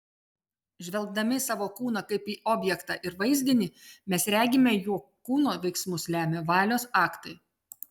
žvelgdami į savo kūną kaip į objektą ir vaizdinį mes regime jog kūno veiksmus lemia valios aktai